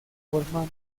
forma